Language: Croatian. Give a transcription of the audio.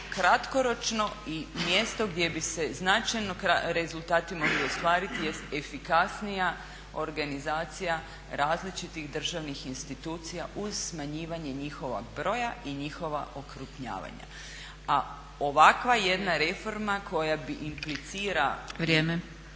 kratkoročno i mjesto gdje bi se značajno rezultati mogli ostvariti jest efikasnija organizacija različitih državnih institucija uz smanjivanje njihovog broja i njihova okrupnjavanja. A ovakva jedna reforma koja implicira gotovo